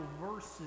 verses